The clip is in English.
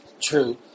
true